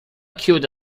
chiude